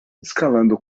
escalando